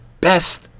best